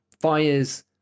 fires